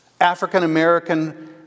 African-American